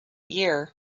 year